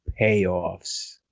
payoffs